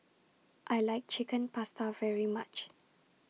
I like Chicken Pasta very much